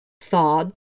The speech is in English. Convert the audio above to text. thawed